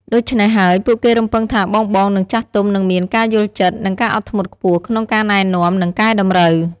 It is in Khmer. ដូច្នេះហើយពួកគេរំពឹងថាបងៗ និងចាស់ទុំ នឹងមាន ការយល់ចិត្ត និង ការអត់ធ្មត់ខ្ពស់ ក្នុងការណែនាំ និងកែតម្រូវ។